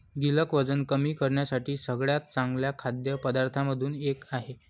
गिलक वजन कमी करण्यासाठी सगळ्यात चांगल्या खाद्य पदार्थांमधून एक आहे